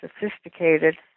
sophisticated